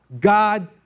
God